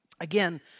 Again